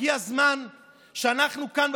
הגיע הזמן שאנחנו כאן,